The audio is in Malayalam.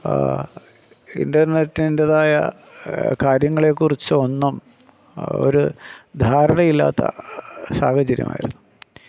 ഇൻ്റർനെറ്റിൻ്റെതായ കാര്യങ്ങളെക്കുറിച്ച് ഒന്നും ഒരു ധാരണയില്ലാത്ത സാഹചര്യമായിരുന്നു